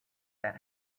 that